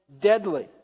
deadly